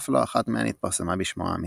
אף לא אחת מהן התפרסמה בשמו האמיתי.